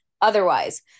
otherwise